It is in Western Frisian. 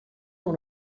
oan